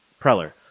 Preller